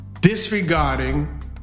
disregarding